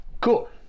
Cool